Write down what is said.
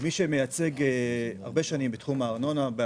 כמי שמייצג הרבה שנים בתחום הארנונה.